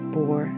Four